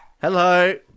Hello